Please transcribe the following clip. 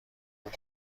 خوب